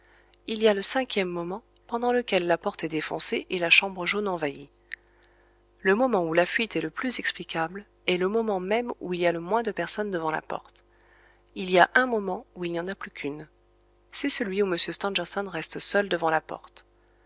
il y a le cinquième moment pendant lequel la porte est défoncée et la chambre jaune envahie le moment où la fuite est le plus explicable est le moment même où il y a le moins de personnes devant la porte il y a un moment où il n'y en a plus qu'une c'est celui où m stangerson reste seul devant la porte